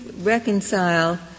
reconcile